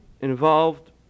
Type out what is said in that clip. involved